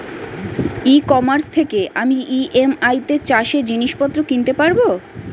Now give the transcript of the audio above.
ই commerce থেকে আমি EMI তে চাষে জিনিসপত্র কিনতে পারব?